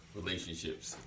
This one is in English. relationships